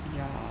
ya